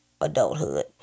adulthood